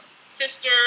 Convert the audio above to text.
sister